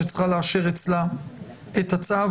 שצריכה לאשר אצלה את הצו,